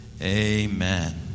amen